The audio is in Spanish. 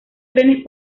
trenes